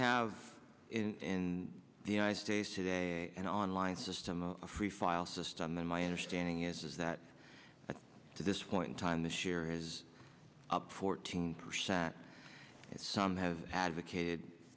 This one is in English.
have in the united states today an online system a free file system then my understanding is that at this point in time this year is up fourteen percent some have advocated